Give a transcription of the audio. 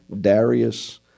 Darius